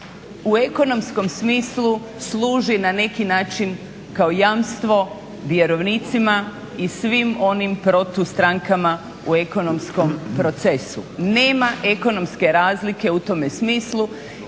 u ekonomskom smislu služi na neki način kao jamstvo vjerovnicima i svim onim protustrankama u ekonomskom procesu. Nema ekonomske razlike u tome smislu